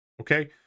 Okay